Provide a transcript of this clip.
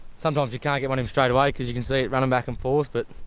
sometimes you can't get one in straight away because you can see it running back and forth but,